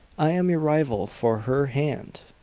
i am your rival for her hand!